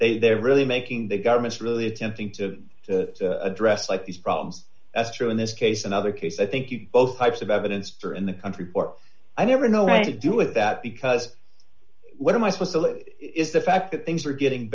better they're really making the government really attempting to address like these problems that's true in this case and other case i think you both types of evidence are in the country or i never know what to do with that because what am i supposed to lose is the fact that things are getting